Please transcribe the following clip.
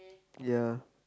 ya